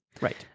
Right